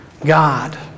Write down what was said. God